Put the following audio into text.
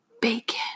bacon